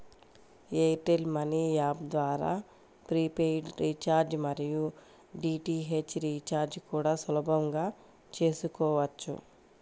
air tell money app ద్వారా prepaid recharge మరియు DTH recharge కూడా సులభంగా చేసుకోవచ్చు